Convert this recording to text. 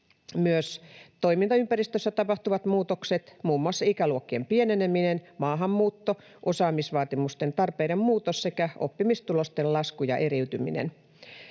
myös toimintaympäristössä tapahtuvat muutokset, muun muassa ikäluokkien pieneneminen, maahanmuutto, osaamisvaatimusten tarpeiden muutos sekä oppimistulosten lasku ja eriytyminen.